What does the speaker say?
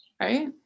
right